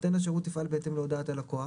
נותן השירות יפעל בהתאם להודעת הלקוח,